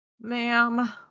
Ma'am